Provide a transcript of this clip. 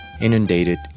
inundated